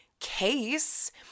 case